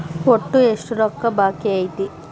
ಒಟ್ಟು ಎಷ್ಟು ರೊಕ್ಕ ಬಾಕಿ ಐತಿ?